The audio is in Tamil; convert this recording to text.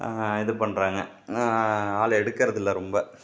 இது பண்ணுறாங்க ஆள் எடுக்கிறதில்ல ரொம்ப